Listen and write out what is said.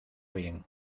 bien